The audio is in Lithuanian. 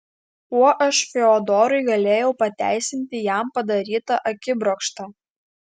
kuo aš fiodorui galėjau pateisinti jam padarytą akibrokštą